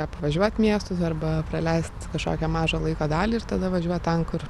apvažiuot miestus arba praleist kažkokią mažą laiko dalį ir tada važiuot ten kur